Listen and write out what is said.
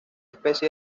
especie